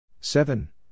Seven